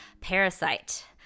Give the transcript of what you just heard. Parasite